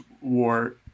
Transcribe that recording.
war